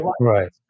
right